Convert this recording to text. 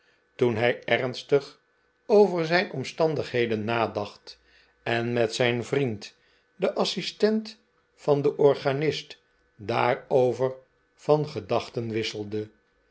toen hij ernstig over zijn pmstandigheden nadacht en met zijn vriend den assistent van den organist daarover van gedachten wisselde